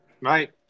Right